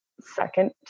second